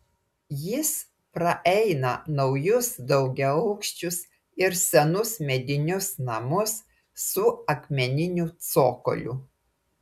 jis praeina naujus daugiaaukščius ir senus medinius namus su akmeniniu cokoliu